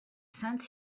sainte